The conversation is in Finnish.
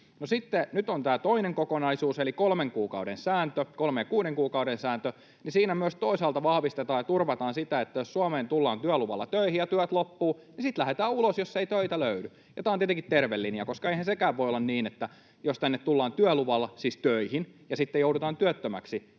nyt tämä toinen kokonaisuus eli kolmen ja kuuden kuukauden sääntö, ja siinä myös toisaalta vahvistetaan ja turvataan sitä, että jos Suomeen tullaan työluvalla töihin ja työt loppuvat, niin sitten lähdetään ulos, jos ei töitä löydy. Ja tämä on tietenkin terve linja, koska eihän siinäkään voi olla niin, että jos tänne tullaan työluvalla — siis töihin — ja sitten joudutaan työttömäksi,